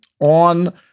on